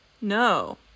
No